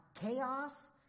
chaos